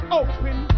open